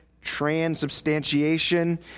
Transubstantiation